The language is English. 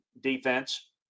defense